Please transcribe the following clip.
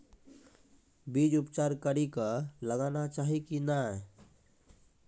बीज उपचार कड़ी कऽ लगाना चाहिए कि नैय?